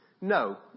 no